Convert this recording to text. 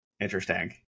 interesting